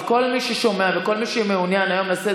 אז כל מי ששומע וכל מי שמעוניין היום לשאת